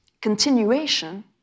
continuation